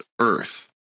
earth